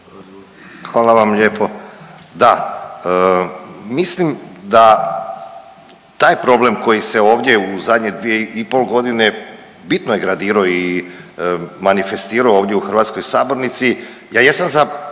Hvala vam lijepo. Da, mislim da taj problem koji se ovdje u zadnje dvije i pol godine bitno je gradiro i manifestirao ovdje u hrvatskoj sabornici, ja sam za jaku